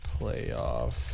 playoff